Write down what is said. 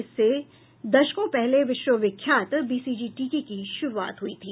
इससे दशकों पहले विश्व विख्यात बीसीजी टीके की शुरूआत हुई थी